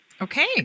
Okay